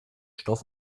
stoff